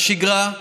בשגרה,